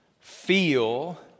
feel